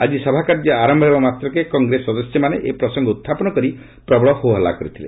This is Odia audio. ଆଜି ସଭାକାର୍ଯ୍ୟ ଆରମ୍ଭ ହେବା ମାତ୍ରକେ କଂଗ୍ରେସ ସଦସ୍ୟମାନେ ଏ ପ୍ରସଙ୍ଗ ଉତ୍ଥାପନ କରି ପ୍ରବଳ ହୋହାଲ୍ଲା କରିଥିଲେ